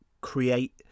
create